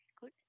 Good